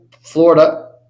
Florida